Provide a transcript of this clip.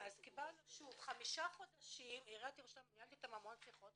ניהלתי עם עירית ירושלים המון שיחות,